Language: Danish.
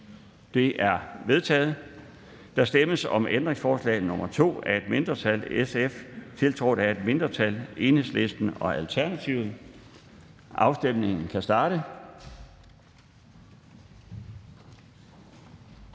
Det er vedtaget. Der stemmes om ændringsforslag nr. 4 af et mindretal (DF), tiltrådt af et mindretal (DD). Afstemningen starter. Afstemningen slutter.